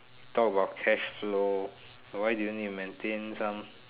talk about cashflow why do you need to maintain some